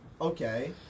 Okay